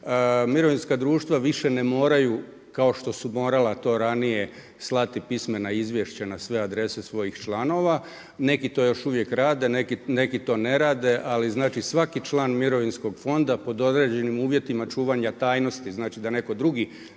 Mirovinska društva više ne moraju kao što su morala to ranije slati pismena izvješća na sve adrese svojih članova. Neki to još uvijek rade, neki to ne rade, ali svaki član mirovinskog fonda pod određenim uvjetima čuvanja tajnosti, znači da neko drugi